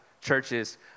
churches